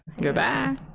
Goodbye